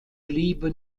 liebe